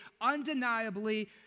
undeniably